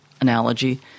analogy